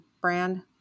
brand